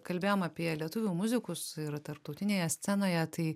kalbėjom apie lietuvių muzikus ir tarptautinėje scenoje tai